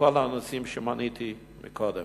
בכל הנושאים שמניתי קודם.